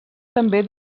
també